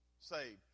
saved